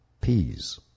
peas